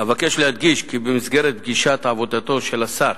אבקש להדגיש כי במסגרת פגישת עבודתו של שר